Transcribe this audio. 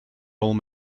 old